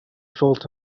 felt